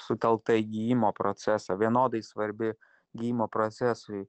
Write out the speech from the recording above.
sutelkta į gijimo procesą vienodai svarbi gijimo procesui